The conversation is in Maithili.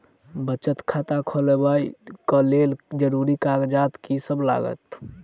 बचत खाता खोलाबै कऽ लेल जरूरी कागजात की सब लगतइ?